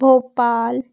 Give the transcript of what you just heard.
Bhopal